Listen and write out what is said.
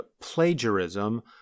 plagiarism